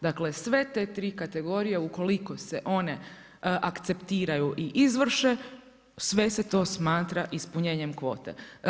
Dakle, sve te tri kategorije ukoliko se one akceptiraju i izvrše, sve se to smatra ispunjenjem kvote.